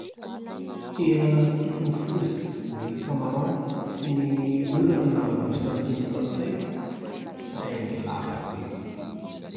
Tena tiako ny foza, ny camaron, sy ny orana na langouste amin'ny teny frantsay, saingy lafo be